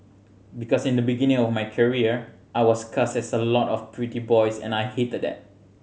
because in the beginning of my career I was cast as a lot of pretty boys and I hated that